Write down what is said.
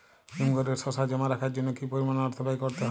হিমঘরে শসা জমা রাখার জন্য কি পরিমাণ অর্থ ব্যয় করতে হয়?